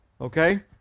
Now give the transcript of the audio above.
Okay